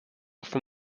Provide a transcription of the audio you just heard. from